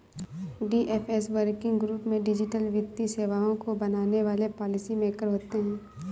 DFS working group में digital वित्तीय सेवाओं को बनाने वाले पॉलिसी मेकर होते हैं